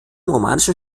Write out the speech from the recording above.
romanischen